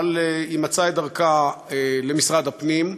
אבל היא מצאה את דרכה למשרד הפנים,